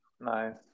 Nice